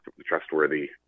trustworthy